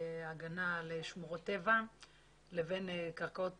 ההגנה על שמורות טבע לבין קרקעות פרטיות,